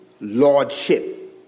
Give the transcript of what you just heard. lordship